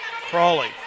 Crawley